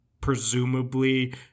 presumably